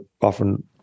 often